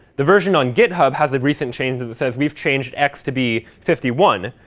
the version on github has a recent change that says, we've changed x to be fifty one.